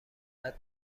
غلط